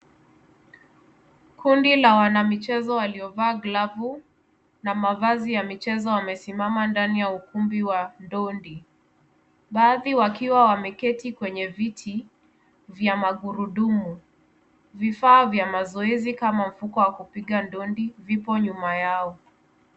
Kundi la wanamichezo, waliovaa glove na mavazi ya michezo wamesimama ndani ya ukumbi wa ndondi. Baadhi wakiwa wameketi kwenye viti vya magurudumu. Vifaa vya mazoezi kama mfuko wa kupiga ndondi vipi nyuma yao.